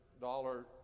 Dollar